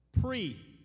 pre